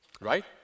Right